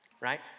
right